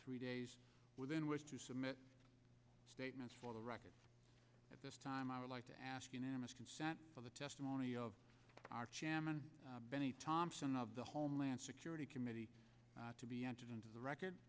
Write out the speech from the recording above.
three days within which to submit statements for the record at this time i would like to ask unanimous consent for the testimony of bennie thompson of the homeland security committee to be entered into the record